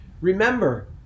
Remember